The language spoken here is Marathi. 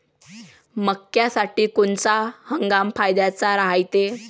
मक्क्यासाठी कोनचा हंगाम फायद्याचा रायते?